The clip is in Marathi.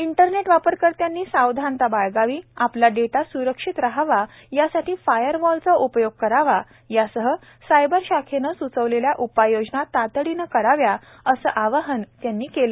इंटरनेट वापरकर्त्यांनी सावधानता बाळगावी आपला डेटा सुरक्षित राहावा यासाठी फायरवॉलचा उपयोग करावा यासह सायबर शाखेनं सूचवेलल्या उपाययोजना तातडीनं कराव्यात असं आवाहन त्यांनी केलं